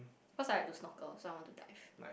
cause I like to snorkel so I want to dive